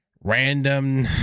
random